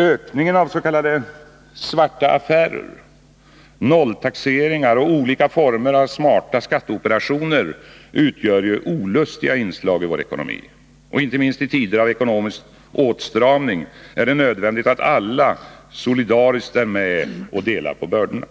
Ökningen avs.k. svarta affärer, nolltaxeringar och olika former av smarta skatteoperationer utgör olustiga inslag i vår ekonomi. Inte minst i tider av ekonomisk åtstramning är det nödvändigt att alla solidariskt är med och delar på bördorna.